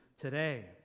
today